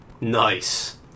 Nice